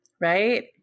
right